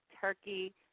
turkey